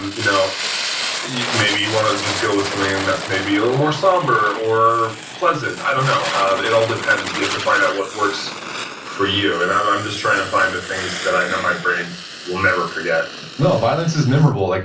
and you know maybe you want to just go with something and that's maybe a little more somber, or pleasant, i don't know, it all depends. you have to find out what works for you, and i'm i'm just trying to find the things that i know my brain will never forget no, violence is memorable. like